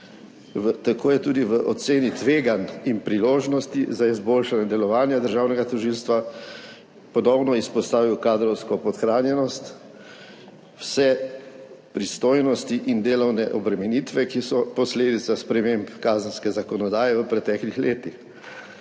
Tako je tudi v oceni tveganj in priložnosti za izboljšanje delovanja državnega tožilstva ponovno izpostavil kadrovsko podhranjenost, vse pristojnosti in delovne obremenitve, ki so posledica sprememb kazenske zakonodaje v preteklih letih.